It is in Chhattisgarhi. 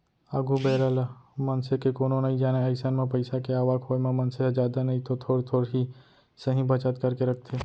आघु बेरा ल मनसे के कोनो नइ जानय अइसन म पइसा के आवक होय म मनसे ह जादा नइतो थोर थोर ही सही बचत करके रखथे